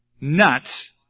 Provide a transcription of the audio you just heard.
nuts